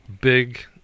big